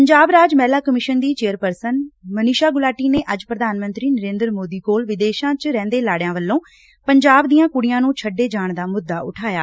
ਪੰਜਾਬ ਰਾਜ ਮਹਿਲਾ ਕਮਿਸ਼ਨ ਦੀ ਚੇਅਰਪਰਸ਼ਨ ਮਨੀਸ਼ਾ ਗੁਲਾਟੀ ਨੇ ਅੱਜ ਪ੍ਰਧਾਨ ਮੰਤਰੀ ਨਰੇਦਰ ਮੋਦੀ ਕੋਲ ਵਿਦੇਸ਼ਾਂ ਚ ਰਹਿੰਦੇ ਲਾੜਿਆਂ ਵੱਲੋਂ ਪੰਜਾਬ ਦੀਆਂ ਕੁੜੀਆਂ ਨੂੰ ਛੱਡੇ ਜਾਣ ਦਾ ਮੁੱਦਾ ਉਠਾਇਆ